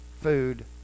food